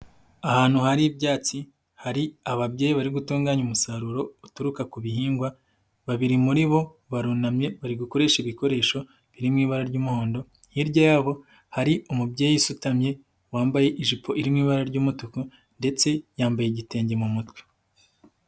Ahantu hari ibyatsi, hari ababyeyi bari gutunganya umusaruro uturuka ku bihingwa, babiri muri bo barunamye bari gukoresha ibikoresho biri mu ibara ry'umuhondo, hirya yabo hari umubyeyi usutamye wambaye ijipo iririmo ibara ry'umutuku ndetse yambaye igitenge mu mutwe.